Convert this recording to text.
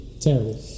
Terrible